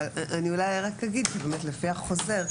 אבל אני אולי רק אגיד באמת לפי החוזר,